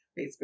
Facebook